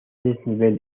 desnivel